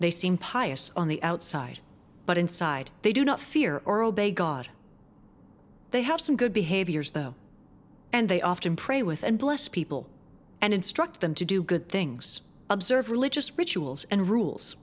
they seem pious on the outside but inside they do not fear or obey god they have some good behaviors though and they often pray with and bless people and instruct them to do good things observe religious rituals and rules